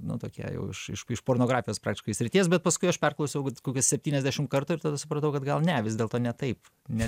nu tokie jau aišku iš pornografijos praktiškai srities bet paskui aš perklausiau kokį septyniasdešim kartų ir tada supratau kad gal ne vis dėlto ne taip ne